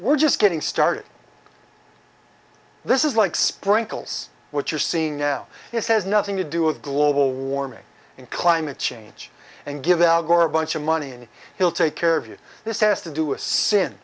we're just getting started this is like sprinkles what you're seeing now is has nothing to do with global warming and climate change and give al gore a bunch of money and he'll take care of you this has to do a sin